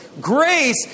Grace